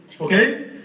Okay